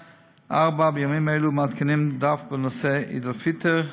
4. בימים אלו מעדכנים דף בנושא עיד אל-פיטר,